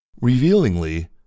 Revealingly